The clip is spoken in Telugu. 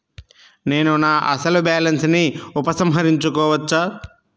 నేను నా అసలు బాలన్స్ ని ఉపసంహరించుకోవచ్చా?